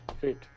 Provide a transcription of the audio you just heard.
Great